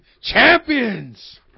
Champions